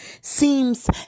Seems